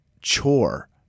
chore